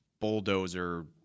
bulldozer –